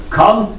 come